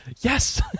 yes